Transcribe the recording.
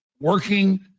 working